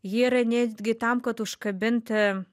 jie yra netgi tam kad užkabinti